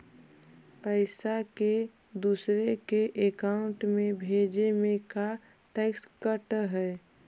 पैसा के दूसरे के अकाउंट में भेजें में का टैक्स कट है?